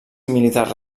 militars